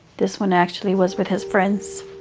this one actually was with his friends.